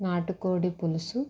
నాటుకోడి పులుసు